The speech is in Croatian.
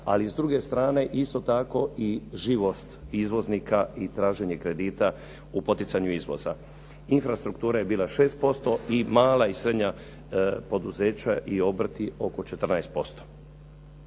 ali s druge strane isto tako i živost izvoznika i traženje kredita u poticanju izvoza. Infrastruktura je bila 6% i mala i srednja poduzeća i obrti oko 14%.